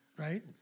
Right